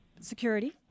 security